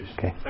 Okay